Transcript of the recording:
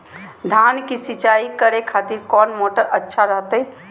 धान की सिंचाई करे खातिर कौन मोटर अच्छा रहतय?